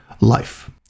life